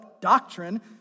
doctrine